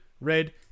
Red